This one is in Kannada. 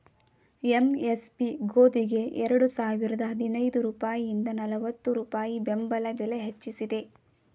ಎಂ.ಎಸ್.ಪಿ ಗೋದಿಗೆ ಎರಡು ಸಾವಿರದ ಹದಿನೈದು ರೂಪಾಯಿಂದ ನಲ್ವತ್ತು ರೂಪಾಯಿ ಬೆಂಬಲ ಬೆಲೆ ಹೆಚ್ಚಿಸಿದೆ